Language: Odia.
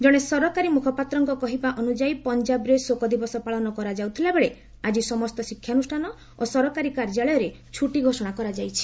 ଜଣେ ସରକାରୀ ମୁଖପାତ୍ରଙ୍କ କହିବା ଅନୁଯାୟୀ ପଞ୍ଜାବରେ ଶୋକ ଦିବସ ପାଳନ କରାଯାଉଥିଲାବେଳେ ଆଜି ସମସ୍ତ ଶିକ୍ଷାନୁଷ୍ଠାନ ଓ ସରକାରୀ କାର୍ଯ୍ୟାଳୟରେ ଛୁଟି ଘୋଷଣା କରାଯାଇଛି